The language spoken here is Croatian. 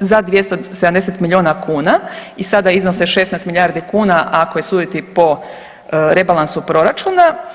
za 270 milijuna kuna i sada iznose 16 milijardi kuna ako je suditi po rebalansu proračuna.